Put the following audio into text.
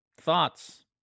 thoughts